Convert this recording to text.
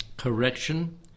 correction